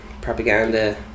propaganda